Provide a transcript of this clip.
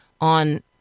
on